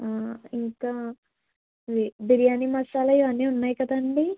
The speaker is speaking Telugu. ఇంకా బిర్యానీ మసాలా ఇవన్నీ ఉన్నాయి కదండీ